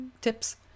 tips